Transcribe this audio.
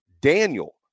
Daniel